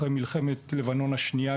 אחרי מלחמת לבנון השנייה,